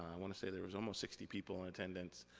i wanna say there was almost sixty people in attendance.